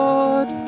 Lord